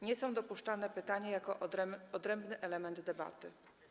Nie są dopuszczalne pytania jako odrębny element debaty.